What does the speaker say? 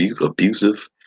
abusive